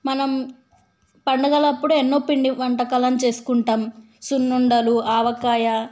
మనం పండుగలప్పుడు ఎన్నో పిండి వంటకాలను చేసుకుంటాం సున్నుండలు ఆవకాయ